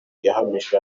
yahamije